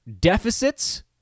deficits